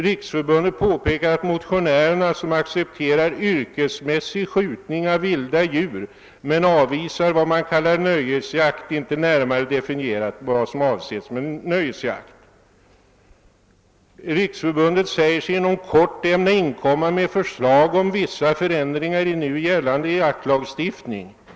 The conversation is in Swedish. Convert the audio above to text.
Riksförbundet påpekar att motionärerna, som accepterar »yrkesmässig skjutning av vilda djur» men avvisar vad man kallar nöjesjakt, inte närmare definierar vad som avses med nöjesjakt. Riksförbundet säger sig inom kort ämna inkomma med förslag om vissa förändringar i nu gällande jaktlagstiftning.